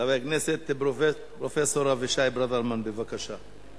חבר הכנסת פרופסור אבישי ברוורמן, בבקשה.